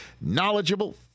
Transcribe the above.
knowledgeable